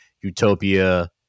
utopia